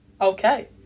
okay